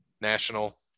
national